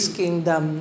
kingdom